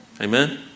Amen